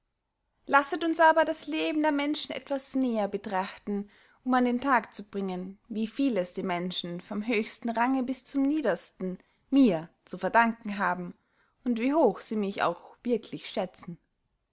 lasset uns aber das leben der menschen etwas näher betrachten um an den tag zu bringen wie vieles die menschen vom höchsten range bis zum niedersten mir zu verdanken haben und wie hoch sie mich auch wirklich schätzen